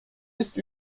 ist